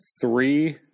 three